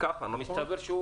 מסתבר שהוא